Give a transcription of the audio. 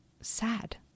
sad